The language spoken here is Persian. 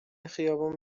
خیابان